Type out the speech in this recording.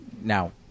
now